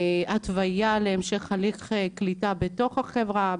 התוויה להמשך הליך קליטה בתוך החברה,